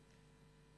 שנים.